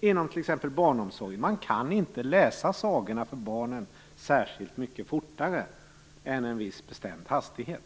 Inom t.ex. barnomsorg kan man inte läsa sagorna för barnen särskilt mycket fortare än i en viss bestämd hastighet.